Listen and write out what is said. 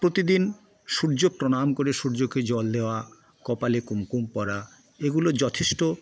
প্রতিদিন সূর্য প্রণাম করে সূর্যকে জল দেওয়া কপালে কুমকুম পরা এগুলোর যথেষ্ট